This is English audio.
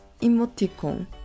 Emoticon